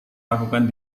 lakukan